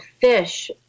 fish